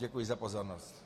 Děkuji za pozornost.